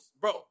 bro